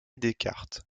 descartes